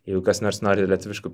jeigu kas nors nori lietuviškų